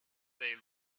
they